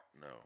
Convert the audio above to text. No